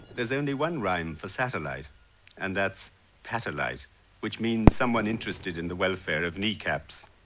there's only one rhyme for satellite and that's patellite which means someone interested in the welfare of kneecaps.